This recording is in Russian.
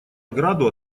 ограду